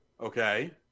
okay